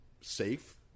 safe